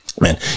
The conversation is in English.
Man